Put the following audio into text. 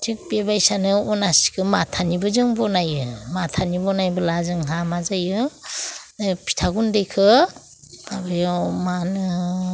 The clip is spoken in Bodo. थिक बे बायसानो अनासिखौ माथानिबो जों बानायो माथानि बानायोब्ला जोंहा मा जायो ओइ फिथा गुन्दैखौ माबायाव मा होनो